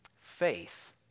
Faith